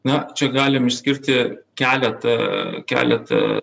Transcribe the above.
na čia galim išskirti keletą keletą